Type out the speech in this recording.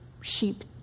sheep